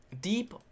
Deep